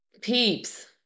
Peeps